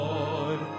Lord